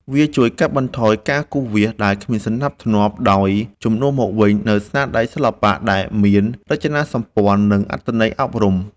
វាជួយកាត់បន្ថយការគូសវាសដែលគ្មានសណ្ដាប់ធ្នាប់ ដោយជំនួសមកវិញនូវស្នាដៃសិល្បៈដែលមានរចនាសម្ព័ន្ធ និងអត្ថន័យអប់រំ។